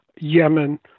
Yemen